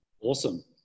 Awesome